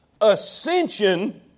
ascension